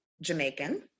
Jamaican